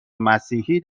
مسیحی